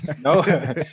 No